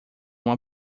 uma